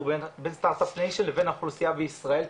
בין סטארט אפ ניישן לבין האוכלוסייה בישראל,